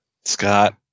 Scott